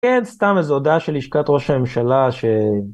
כן, סתם איזו הודעה של לשכת ראש הממשלה ש...